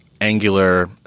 angular